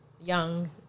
Young